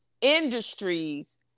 industries